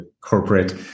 corporate